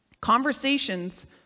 Conversations